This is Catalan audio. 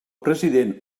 president